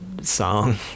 song